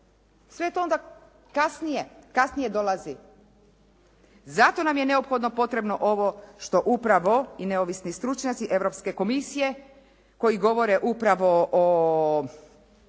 sve to onda kasnije dolazi. Zato nam je neophodno potrebno ovo što upravo i neovisni stručnjaci Europske komisije koji govore upravo,